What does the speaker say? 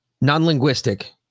non-linguistic